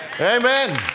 Amen